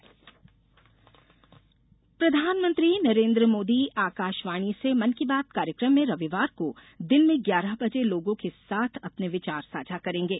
मन की बात प्रधानमंत्री नरेन्द्र मोदी आकाशवाणी से मन की बात कार्यक्रम में रविवार को दिन में ग्यारह बजे अपने विचार साझा करेंगे